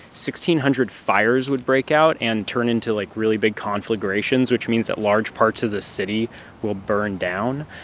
sixteen hundred fires would break out and turn into, like, really big conflagrations, which means that large parts of the city will burn down.